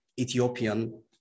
Ethiopian